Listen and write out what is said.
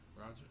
Roger